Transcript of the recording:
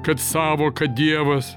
kad sąvoka dievas